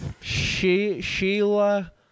Sheila